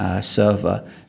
Server